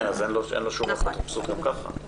כן, אין לו שום אפוטרופסות גם ככה.